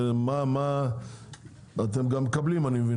אבל אני מבין שבדרך אתם גם מקבלים.